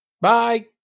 Bye